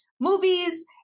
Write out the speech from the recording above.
movies